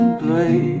play